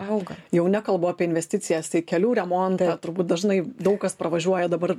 auga jau nekalbu apie investicijas į kelių remontą turbūt dažnai daug kas pravažiuoja dabar